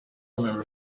remember